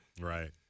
Right